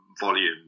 Volume